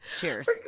Cheers